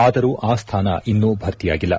ಆದರೂ ಆ ಸ್ಥಾನ ಇನ್ನೂ ಭರ್ತಿಯಾಗಿಲ್ಲ